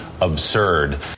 Absurd